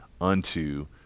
unto